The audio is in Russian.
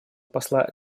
посла